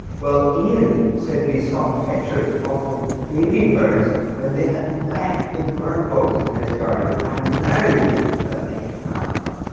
well ian sent me some pictures of the baby birds when they had left the bird box at his garden, and now that they have,